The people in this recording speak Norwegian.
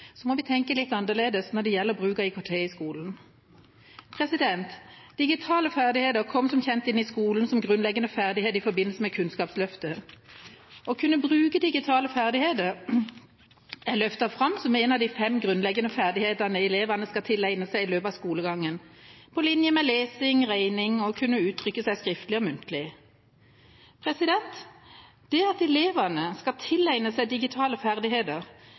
så må vi tenke litt annerledes når det gjelder bruk av IKT i skolen. Digitale ferdigheter kom som kjent inn i skolen som grunnleggende ferdighet i forbindelse med Kunnskapsløftet. Å kunne bruke digitale ferdigheter er løftet fram som en av de fem grunnleggende ferdigheter elevene skal tilegne seg i løpet av skolegangen, på linje med lesing, regning og å kunne uttrykke seg skriftlig og muntlig. Det at elevene skal tilegne seg digitale ferdigheter,